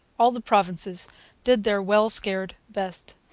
all the provinces did their well-scared best.